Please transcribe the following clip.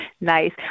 Nice